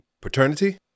Paternity